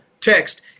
text